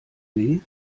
weh